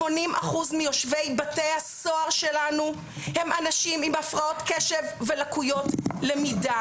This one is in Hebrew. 80 אחוז מיושבי בתי הסוהר שלנו הם אנשים עם הפרעות קשב ולקויות למידה,